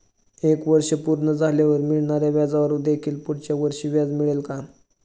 एक वर्ष पूर्ण झाल्यावर मिळणाऱ्या व्याजावर देखील पुढच्या वर्षी व्याज मिळेल का?